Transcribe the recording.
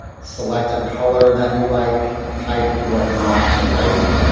select a color that you like, type what you want to write,